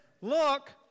Look